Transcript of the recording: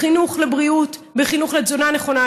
בחינוך לבריאות, בחינוך לתזונה נכונה.